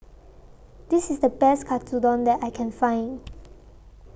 This IS The Best Katsudon that I Can Find